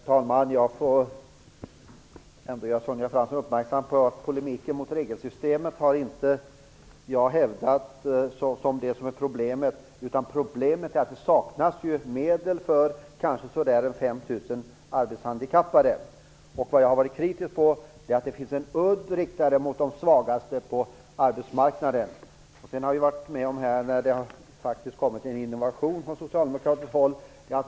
Herr talman! Jag vill ändå göra Sonja Fransson uppmärksam på att jag inte har hävdat polemiken mot regelsystemet som det som skulle vara problemet. Problemet är att det saknas medel för ca 5 000 arbetshandikappade. Jag har varit kritisk emot att det finns en udd riktad mot de svagaste på arbetsmarknaden. Sedan har vi varit med om att det faktiskt har kommit en innovation från socialdemokraterna.